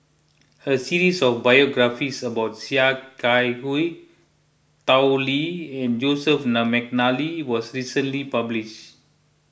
a series of biographies about Sia Kah Hui Tao Li and Joseph McNally was recently published